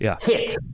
hit